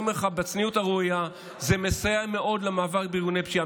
אני אומר לך בצניעות הראויה שזה מסייע מאוד למאבק בארגוני פשיעה.